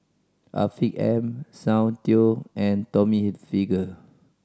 Afiq M Soundteoh and Tommy Hilfiger